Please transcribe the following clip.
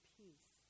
peace